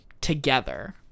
together